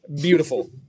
beautiful